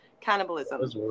Cannibalism